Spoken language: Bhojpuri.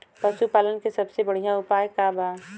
पशु पालन के सबसे बढ़ियां उपाय का बा?